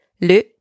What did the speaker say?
Le